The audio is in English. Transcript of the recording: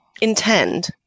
intend